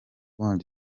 bahawe